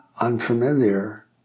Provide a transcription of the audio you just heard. unfamiliar